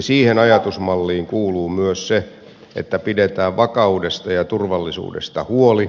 siihen ajatusmalliin kuuluu myös se että pidetään vakaudesta ja turvallisuudesta huoli